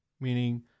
meaning